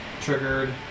triggered